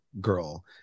girl